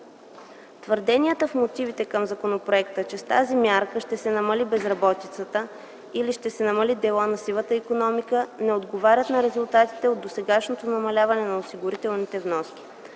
Твърденията в мотивите към законопроекта, че с тази мярка ще се намали безработицата, или ще се намали дела на сивата икономика, не отговарят на резултатите от досегашното намаляване на осигурителните вноски.